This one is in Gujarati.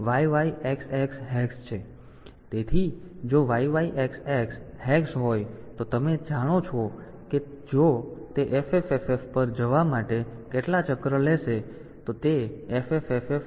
તેથી જો તે YYXX હેક્સ હોય તો તમે જાણો છો કે જો તે FFFF પર જવા માટે કેટલા ચક્રો લેશે તો તે FFFF YYXX 1 છે